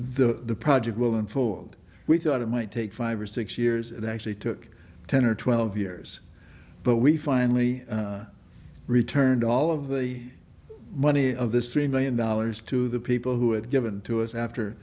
along the project will unfold we thought it might take five or six years it actually took ten or twelve years but we finally returned all of the money of this three million dollars to the people who had given to us after